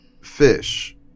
Fish